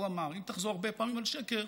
הוא אמר: אם תחזור הרבה פעמים על שקר,